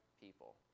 people